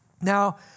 Now